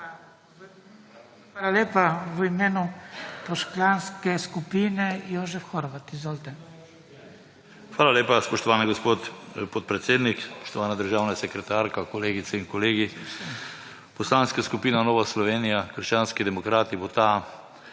Hvala lepa. V imenu poslanske skupine Jožef Horvat. Izvolite. **JOŽEF HORVAT (PS NSi):** Hvala lepa, spoštovani gospod podpredsednik. Spoštovana državna sekretarka, kolegice in kolegi. Poslanska skupina Nova Slovenija – krščanski demokrati bo ta